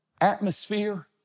atmosphere